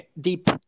deep